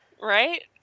Right